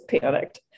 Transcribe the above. panicked